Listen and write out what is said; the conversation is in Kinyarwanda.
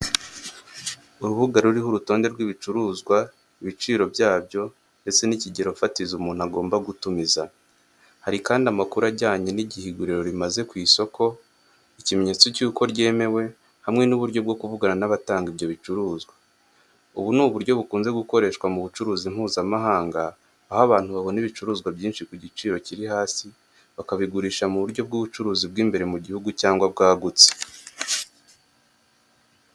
Urubuga ruriho urutonde rw'ibicuruzwa, ibiciro byabyo ndetse n'ikigero mfatizo umuntu agomba gutumiza. hari kandi amakuru ajyanye n'igihe iguriro rimaze ku isoko, ikimenyetso cy'uko ryemewe, hamwe n'uburyo bwo kuvugana n'abatanga ibyo bicuruzwa. Ubu ni uburyo bukunzwe gukoreshwa mu bucuruzi mpuzamahanga, aho abantu babona ibicuruzwa byinshi ku giciro kiri hasi bakagurija mu buryo bw'ubucuruzi bw'imbere mu gihugu cyangwa bwagutse.